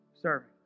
serving